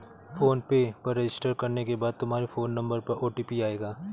phone पे पर register करने के बाद तुम्हारे फोन नंबर पर ओ.टी.पी आएगा